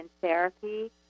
therapy